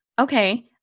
Okay